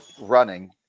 running